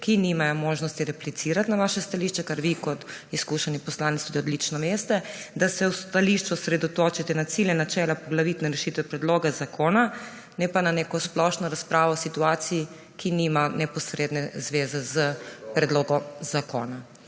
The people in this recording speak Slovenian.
ki nimajo možnosti replicirati na vaše stališče, kar vi, kot izkušeni poslanec, tudi odlično veste, da se v stališču osredotočite na cilje, načela, poglavitne rešitve predloga zakona, ne pa na neko splošno razpravo o situaciji, ki nima neposredne zveze s predlogom zakona.